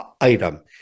item